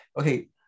okay